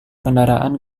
kendaraan